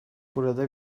burada